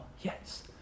Yes